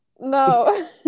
No